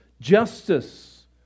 justice